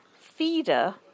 feeder